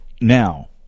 now